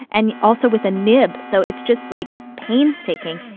and also with a nib. so it's just like painstaking.